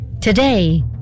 Today